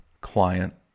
client